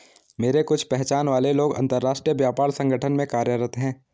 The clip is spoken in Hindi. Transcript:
मेरे कुछ पहचान वाले लोग अंतर्राष्ट्रीय व्यापार संगठन में कार्यरत है